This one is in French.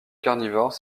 carnivore